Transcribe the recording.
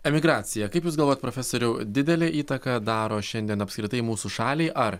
emigracija kaip jūs galvojat profesoriau didelę įtaką daro šiandien apskritai mūsų šaliai ar